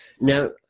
Now